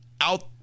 out